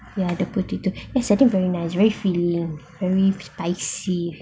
ya the potato eh the sardine very nice very filling very spicy